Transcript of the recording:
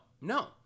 no